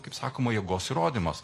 kaip sakoma jėgos įrodymas